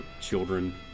children